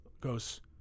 goes